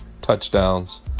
touchdowns